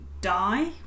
die